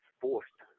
forced